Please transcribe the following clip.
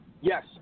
Yes